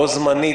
בו זמנית,